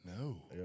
No